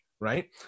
right